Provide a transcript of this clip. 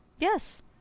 Yes